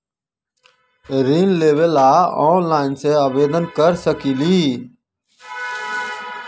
ऋण लेवे ला ऑनलाइन से आवेदन कर सकली?